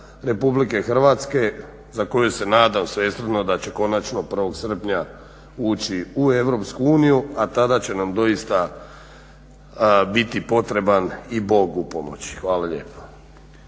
Republike Hrvatske za koju se nadam svesrdno da će konačno 1. srpnja ući u EU, a tada će nam doista biti potreban i bog u pomoći. Hvala lijepa.